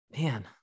man